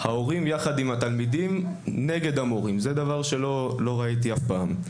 ההורים יחד עם התלמידים נגד המורים זה דבר שלא ראיתי אף פעם.